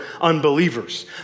unbelievers